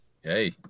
Hey